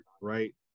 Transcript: right